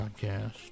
Podcast